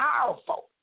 powerful